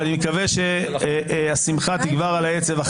ואני מקווה שהשמחה תגבר על העצב.